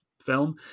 Film